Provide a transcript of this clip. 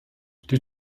die